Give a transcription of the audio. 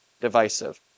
divisive